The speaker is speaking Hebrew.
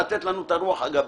לתת לנו את הרוח הגבית.